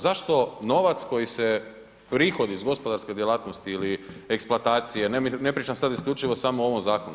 Zašto novac koji se prihodi iz gospodarske djelatnosti ili eksploatacije, ne pričam sada isključivo samo o ovom zakonu.